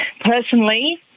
personally